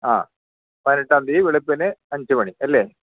ആ പതിനെട്ടാം തീയതി വെളുപ്പിന് അഞ്ച് മണി അല്ലേ